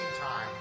time